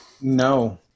No